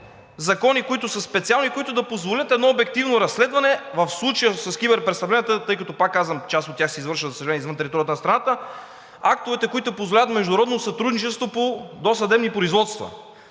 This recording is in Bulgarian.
закони, които са специални и ще позволят едно обективно разследване, а в случая с киберпрестъпленията, тъй като, пак казвам, част от тях се извършват, за съжаление, извън територията на страната, актовете, които позволяват международно сътрудничество по досъдебни производства.